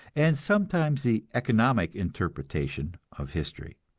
and sometimes the economic interpretation of history.